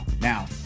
Now